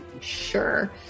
Sure